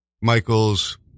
Michaels